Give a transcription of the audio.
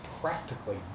practically